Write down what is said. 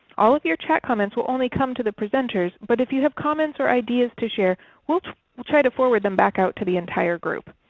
all of your chat comments will only come to the presenters, but if you have comments or ideas to share we will try to forward them back out to the entire group.